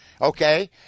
Okay